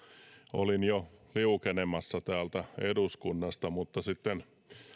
olin jo liukenemassa täältä eduskunnasta mutta sitten